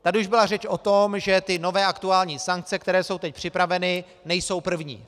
Tady už byla řeč o tom, že nové, aktuální sankce, které jsou teď připraveny, nejsou první.